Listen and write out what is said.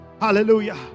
hallelujah